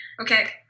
okay